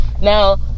Now